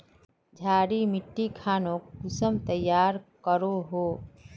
क्षारी मिट्टी खानोक कुंसम तैयार करोहो?